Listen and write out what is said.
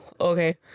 okay